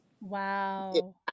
Wow